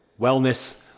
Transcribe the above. wellness